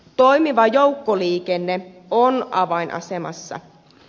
toimiva joukkoliikenne on avainasemassa